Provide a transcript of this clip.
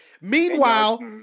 Meanwhile